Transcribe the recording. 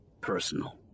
personal